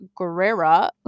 Guerrera